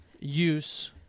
Use